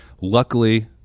Luckily